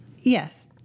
Yes